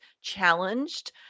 challenged